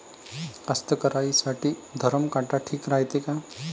कास्तकाराइसाठी धरम काटा ठीक रायते का?